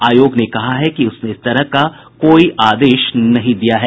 आयोग ने कहा है कि उसने इस तरह का कोई आदेश नहीं दिया है